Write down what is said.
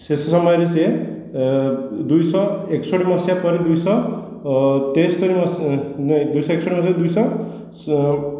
ଶେଷ ସମୟରେ ସିଏ ଦୁଇଶହ ଏକଷଠି ମସିହା ପରେ ଦୁଇଶହ ତେସ୍ତରୀ ମସି ନାହିଁ ଦୁଇଶହ ଏକଷଠି ମସିହାରୁ ଦୁଇଶହ ସ